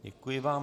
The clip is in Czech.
Děkuji vám.